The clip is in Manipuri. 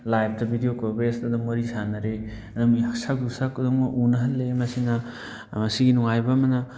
ꯂꯥꯏꯕꯇ ꯕꯤꯗꯤꯑꯣ ꯀꯣꯕꯔꯦꯖꯇ ꯑꯗꯨꯝ ꯋꯥꯔꯤ ꯁꯥꯟꯅꯔꯦ ꯑꯗꯨꯝ ꯁꯛꯀ ꯁꯛꯀ ꯑꯗꯨꯝ ꯎꯅꯍꯜꯂꯦ ꯃꯁꯤꯅ ꯁꯤꯒꯤ ꯅꯨꯡꯉꯥꯏꯕ ꯑꯃꯅ